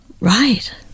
right